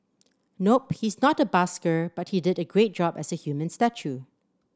nope he's not a busker but he did a great job as a human statue